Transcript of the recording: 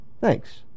thanks